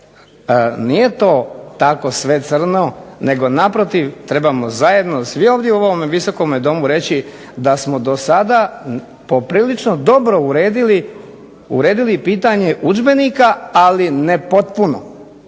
nije to tako sve crno, nego naprotiv trebamo zajedno svi ovdje u ovome Visokome domu reći da smo do sada poprilično dobro uredili pitanje udžbenika, ali ne potpuno.